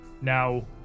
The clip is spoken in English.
Now